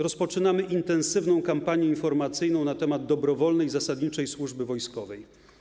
Rozpoczynamy intensywną kampanię informacyjną na temat dobrowolnej zasadniczej służby wojskowej.